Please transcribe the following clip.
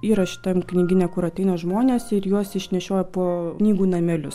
yra šitam knygyne kur ateina žmonės ir juos išnešioja po knygų namelius